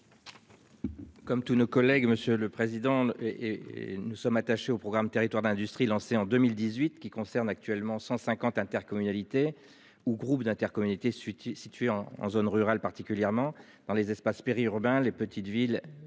Comme tous nos collègues, monsieur le président. Et nous sommes attachés au programme territoires d'industrie lancée en 2018 qui concerne actuellement 150 intercommunalité ou groupes d'intercommunalité City situé en zone rurale, particulièrement dans les espaces péri-urbain, les petites villes,